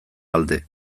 alde